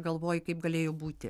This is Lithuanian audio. galvoji kaip galėjo būti